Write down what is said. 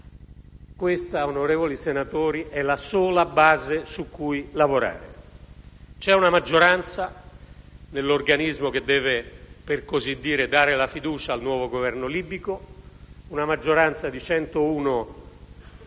questa, onorevoli senatori, è la sola base su cui lavorare. C'è una maggioranza nell'organismo che, per così dire, deve dare la fiducia al nuovo Governo libico: mi riferisco alla maggioranza di 101